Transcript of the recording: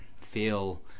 feel